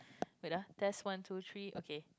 wait ah test one two three okay